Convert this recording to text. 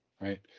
right